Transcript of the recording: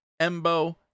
Embo